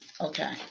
Okay